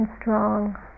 strong